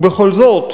ובכל זאת,